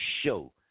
show